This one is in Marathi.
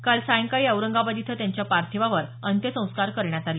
काल सायंकाळी औरंगाबाद इथं त्यांच्या पार्थिवावर अंत्यसंस्कार करण्यात आले